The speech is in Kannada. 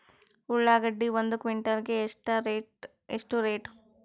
ಉಳ್ಳಾಗಡ್ಡಿ ಒಂದು ಕ್ವಿಂಟಾಲ್ ಗೆ ಎಷ್ಟು ರೇಟು?